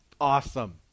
Awesome